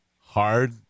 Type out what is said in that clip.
hard